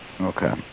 okay